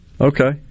Okay